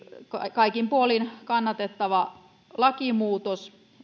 kaikin puolin kannatettava lakimuutos